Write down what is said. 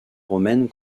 romaines